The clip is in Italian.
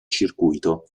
circuito